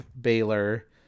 Baylor